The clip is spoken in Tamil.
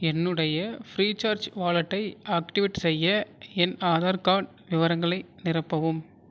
என்னுடைய ஃப்ரீசார்ஜ் வாலெட்டை ஆக்டிவேட் செய்ய என் ஆதார் கார்டு விவரங்களை நிரப்பவும்